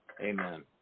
Amen